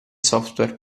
software